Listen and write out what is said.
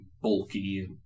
bulky